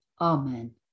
Amen